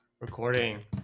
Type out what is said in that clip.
recording